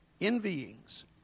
envyings